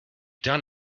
done